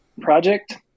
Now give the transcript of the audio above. project